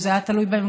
אם זה היה תלוי בהם,